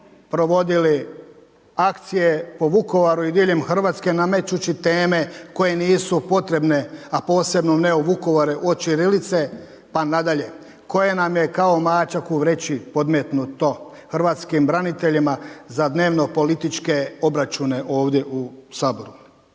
provodili akcije po Vukovaru i diljem Hrvatske namećući teme koje nisu potrebne, a posebno ne u Vukovaru od ćirilice pa nadalje. Koja nam je kao mačak u vreći podmetnuto, hrvatskim braniteljima za dnevno-političke obračune ovdje u Saboru.